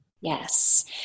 Yes